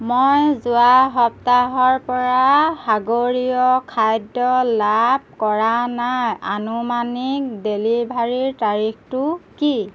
মই যোৱা সপ্তাহৰ পৰা সাগৰীয় খাদ্য লাভ কৰা নাই আনুমানিক ডেলিভাৰীৰ তাৰিখটো কি